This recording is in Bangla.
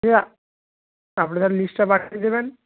আপনারা লিস্টটা পাঠিয়ে দেবেন